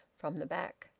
from the back.